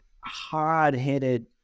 hard-headed